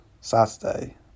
Saturday